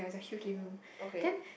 okay